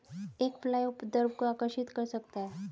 एक फ्लाई उपद्रव को आकर्षित कर सकता है?